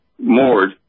moored